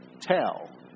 tell